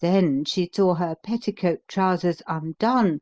then she saw her petticoat-trousers undone,